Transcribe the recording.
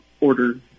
order